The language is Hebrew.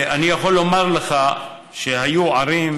אני יכול לומר לך שהיו ערים